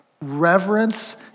reverence